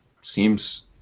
seems